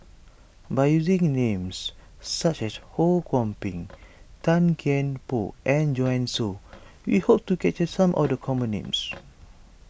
by using names such as Ho Kwon Ping Tan Kian Por and Joanne Soo we hope to capture some of the common names